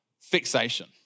Fixation